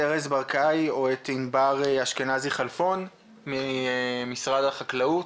את ענבר אשכנזי וארז ברקאי ממשרד החקלאות.